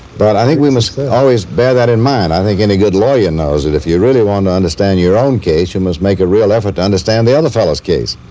but i think we must always bear that in mind. i think any good lawyer knows that if you really want to understand your own case you must make a real effort to understand the other fellow's case.